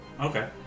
Okay